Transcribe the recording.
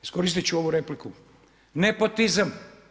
Iskoristiti ću ovu repliku, nepotizam.